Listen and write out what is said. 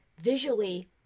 visually